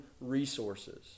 resources